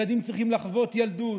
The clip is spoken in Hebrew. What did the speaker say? ילדים צריכים לחוות ילדות,